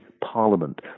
Parliament